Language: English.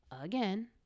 again